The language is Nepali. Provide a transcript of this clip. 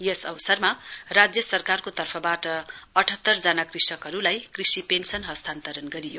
यस अवसरमा राज्य सरकारको तर्फबाट अठात्तर जना कृषकहरूलाई कृषि पेन्सन हस्तान्तरण गरियो